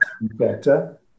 better